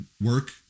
work